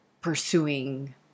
pursuing